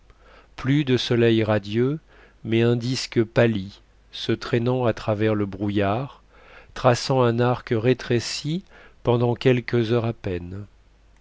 plus de soleil radieux mais un disque pâli se traînant à travers le brouillard traçant un arc rétréci pendant quelques heures à peine